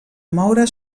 moure